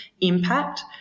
impact